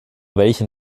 welchen